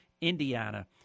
Indiana